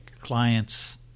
clients